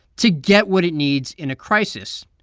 to get what it needs in a crisis,